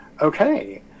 Okay